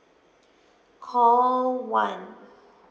call one